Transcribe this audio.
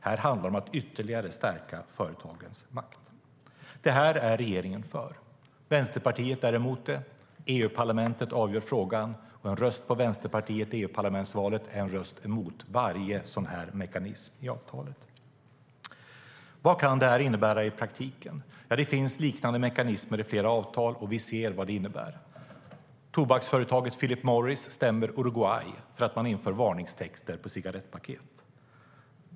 Här handlar det om att ytterligare stärka företagens makt. Det här är regeringen för. Vänsterpartiet är emot det. EU-parlamentet avgör frågan. En röst på Vänsterpartiet i EU-parlamentsvalet är en röst mot varje sådan här mekanism i avtalet. Vad kan detta innebära i praktiken? Det finns liknande mekanismer i andra avtal, och vi ser vad det innebär. Tobaksföretaget Philip Morris stämmer Uruguay för att man inför varningstexter på cigarettpaket.